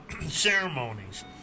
ceremonies